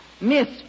Miss